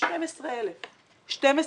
12,000 משרות.